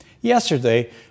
Yesterday